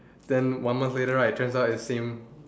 then one month later right turns out is see him